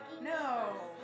No